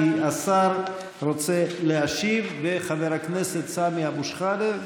כי השר רוצה להשיב לחבר הכנסת סמי אבו שחאדה.